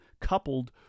coupled